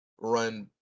run